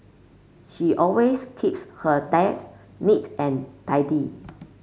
she always keeps her desk neat and tidy